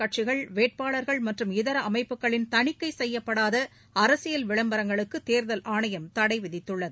கட்சிகள் வேட்பாளர்கள் மற்றும் இதர அமைப்புகளின் தணிக்கை செய்யப்படாத விளம்பரங்களுக்கு தேர்தல் ஆணையம் தடை விதித்துள்ளது